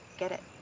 get it.